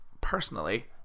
personally